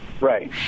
Right